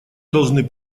должны